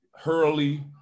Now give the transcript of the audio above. Hurley